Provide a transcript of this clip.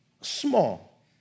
small